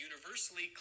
universally